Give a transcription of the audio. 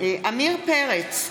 עמיר פרץ,